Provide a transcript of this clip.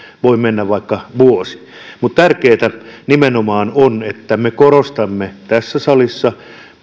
voi mennä vaikka vuosi tärkeätä nimenomaan on se että me korostamme tässä salissa